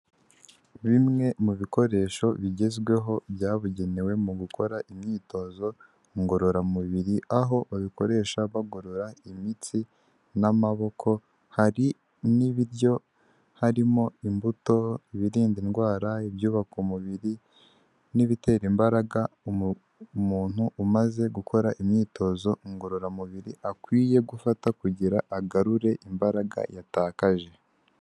Bimwe mu bikoresho bigezweho byabugenewe mu gukora imyitozo ngororamubiri, aho babikoresha bagorora imitsi n'amaboko, hari n'ibiryo, harimo imbuto, birinda indwara, ibyubaka umubiri n'ibitera imbaraga, umuntu umaze gukora imyitozo ngororamubiri akwiye gufata kugira ngo agarure imbaraga yatakaje.